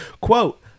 Quote